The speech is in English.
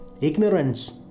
ignorance